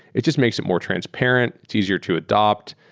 it just makes it more transparent. it's easier to adapt.